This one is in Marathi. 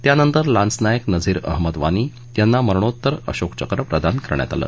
त्यानंतर लान्स नायक नझीर अहमद वानी यांना मरणोत्तर अशोक चक्र प्रदान करण्यात आलं